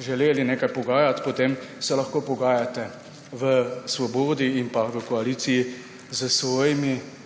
želeli nekaj pogajati, potem se lahko pogajate v Svobodi in v koaliciji s svojimi